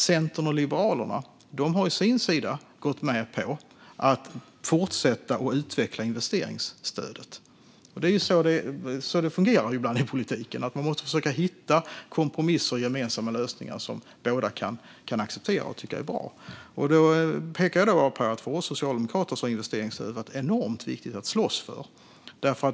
Centern och Liberalerna har å sin sida gått med på att fortsätta att utveckla investeringsstödet. Det är ju så det fungerar ibland i politiken - man måste försöka hitta kompromisser och gemensamma lösningar som båda kan acceptera och tycka är bra. För oss socialdemokrater har investeringsstödet varit enormt viktigt att slåss för.